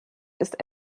ist